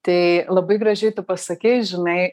tai labai gražiai tu pasakei žinai